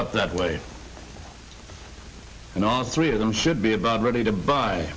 up that way and all three of them should be about ready to